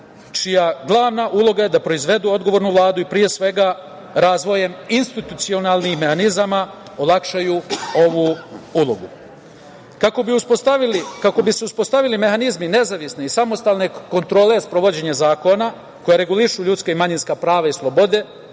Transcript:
čija glavna uloga je da proizvedu odgovornu Vladu i, pre svega, razvojem institucionalnih mehanizama olakšaju ovu ulogu. Kako bi se uspostavili mehanizmi nezavisne i samostalne kontrole sprovođenja zakona koji regulišu ljudska i manjinska prava i slobode,